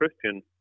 Christian